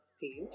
page